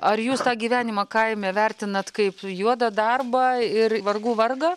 ar jūs tą gyvenimą kaime vertinat kaip juodą darbą ir vargų vargą